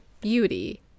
beauty